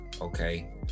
okay